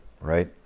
right